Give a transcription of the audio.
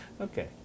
Okay